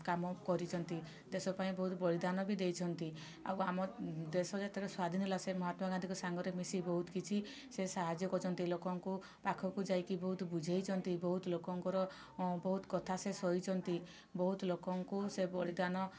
କାମ କରିଛନ୍ତି ଦେଶ ପାଇଁ ବହୁତ ବଳିଦାନ ବି ଦେଇଛନ୍ତି ଆଉ ଆମ ଦେଶ ଯେତେବେଳେ ସ୍ଵାଧିନ ହେଲା ସେ ମହାତ୍ମାଗାନ୍ଧୀଙ୍କ ସାଙ୍ଗରେ ମିଶି ବହୁତ କିଛି ସେ ସାହାଯ୍ୟ କରିଛନ୍ତି ଲୋକଙ୍କୁ ପାଖକୁ ଯାଇକି ବହୁତ ବୁଝେଇଛନ୍ତି ବହୁତ ଲୋକଙ୍କର ବହୁତ କଥା ସେ ସହିଛନ୍ତି ବହୁତ ଲୋକଙ୍କୁ ସେ ବଳିଦାନ